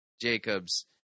Jacobs